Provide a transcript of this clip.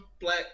black